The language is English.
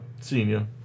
senior